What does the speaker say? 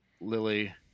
Lily